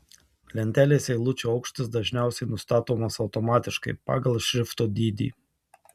lentelės eilučių aukštis dažniausiai nustatomas automatiškai pagal šrifto dydį